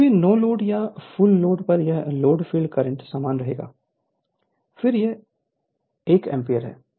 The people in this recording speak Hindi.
किसी भी नो लोड या फुल लोड पर यह लोड फील्ड करंट समान रहेगा फिर से यह 1 एम्पीयर है